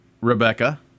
Rebecca